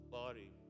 body